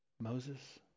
Moses